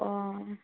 অঁ